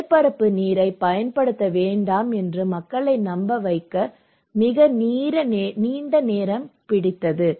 மேற்பரப்பு நீரைப் பயன்படுத்த வேண்டாம் என்று மக்களை நம்ப வைக்க மிக நீண்ட நேரம் பிடித்தது